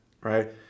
right